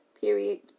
Period